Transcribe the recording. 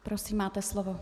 Prosím, máte slovo.